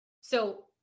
so-